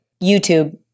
YouTube